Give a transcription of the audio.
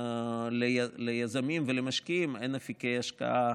ליזמים ולמשקיעים אין אפיקי השקעה